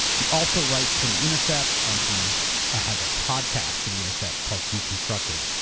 he also writes for the intercept, and he has a podcast for the intercept called deconstructed.